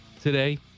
today